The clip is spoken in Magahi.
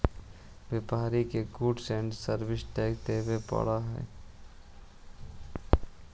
व्यापारि के गुड्स एंड सर्विस टैक्स देवे पड़ऽ हई